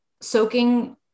soaking